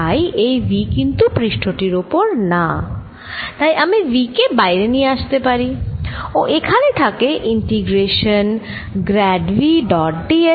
তাই এই V কিন্তু পৃষ্ঠ টির ওপর না তাই আমি V কে বাইরে নিয়ে এসে লিখতে পারি ও এখানে থাকে integration grad V dot d s